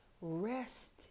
rest